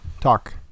Talk